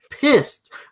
pissed